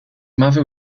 mother